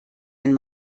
ein